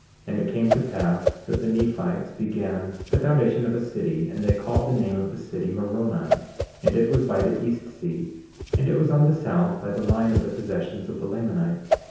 and it came to pass that the nephites began the foundation of a city, and they called the name of the city moroni and it was by the east sea and it was on the south by the line of the possessions of the lamanites.